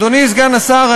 אדוני סגן השר,